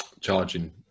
charging –